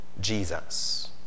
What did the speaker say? Jesus